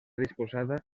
disposada